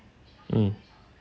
mm